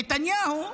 נתניהו,